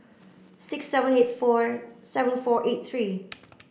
six seven eight four seven four eight three